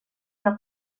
una